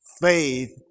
Faith